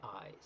eyes